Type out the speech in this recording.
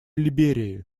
либерии